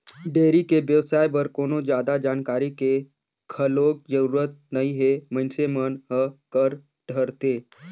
dairy के बेवसाय बर कोनो जादा जानकारी के घलोक जरूरत नइ हे मइनसे मन ह कर डरथे